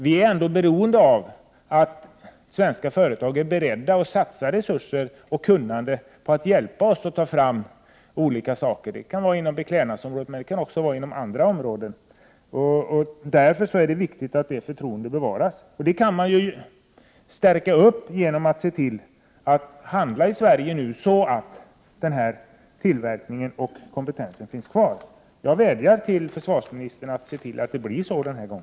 Vi är beroende av att svenska företag är beredda att satsa resurser och kunnande på att hjälpa oss att ta fram olika produkter inom t.ex. beklädnadsområdet. Därför är det viktigt att förtroendet bevaras. Man kan stärka förtroendet genom att se till att handla i Sverige nu, så att denna tillverkning och kompetens finns kvar. Jag vädjar till försvarsministern att se till att det blir så denna gång.